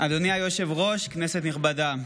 אדוני היושב-ראש, כנסת נכבדה,